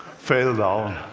fell down.